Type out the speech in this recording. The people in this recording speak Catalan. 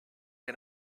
què